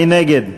מי נגד?